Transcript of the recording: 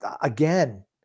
again